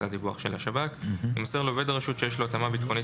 הדיווח של השב"כ - יימסר לעובד הרשות שיש לו התאמה ביטחונית